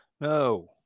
No